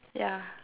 yeah